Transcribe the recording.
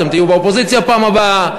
אתם תהיו באופוזיציה בפעם הבאה.